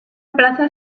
plaza